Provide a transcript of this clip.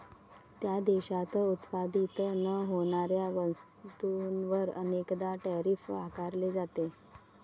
त्या देशात उत्पादित न होणाऱ्या वस्तूंवर अनेकदा टैरिफ आकारले जाते